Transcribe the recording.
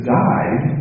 died